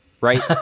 right